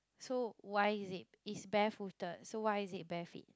so why is it is barefooted so why is it bare feet